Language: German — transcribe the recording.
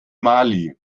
mali